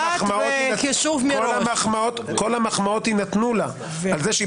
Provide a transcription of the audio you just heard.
בכל המחמאות וכל המחמאות יינתנו לה על כך שהיא